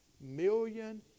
million